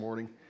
morning